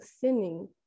sinning